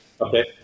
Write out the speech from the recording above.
Okay